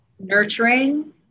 Nurturing